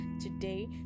today